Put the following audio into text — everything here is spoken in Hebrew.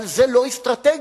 אבל זו לא אסטרטגיה,